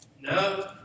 No